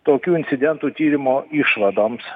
tokių incidentų tyrimo išvadoms